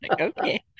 Okay